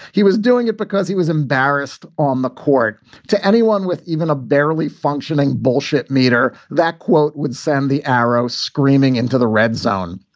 he was doing it because he was embarrassed on the court to anyone with even a barely functioning bullshit meter. that quote would send the arrow screaming into the red zone.